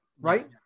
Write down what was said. Right